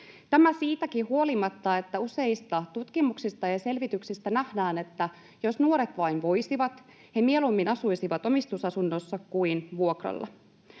Tämä siitäkin huolimatta, että useista tutkimuksista ja selvityksistä nähdään, että jos nuoret vain voisivat, he mieluummin asuisivat omistusasunnossa kuin vuokralla.